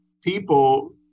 people